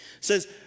says